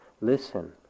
listen